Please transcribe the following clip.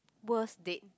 worse date